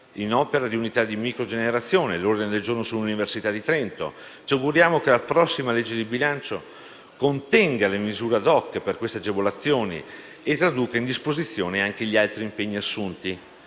in opera di unità di microcogenerazione e quello sull'Università di Trento. Ci auguriamo che la prossima legge di bilancio contenga le misure *ad hoc* per quest'agevolazione e traduca in disposizioni anche gli altri impegni assunti.